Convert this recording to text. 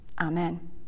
Amen